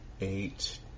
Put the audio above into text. eight